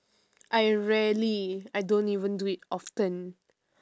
I rarely I don't even do it often